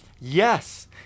yes